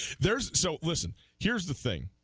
there's so listen here's the thing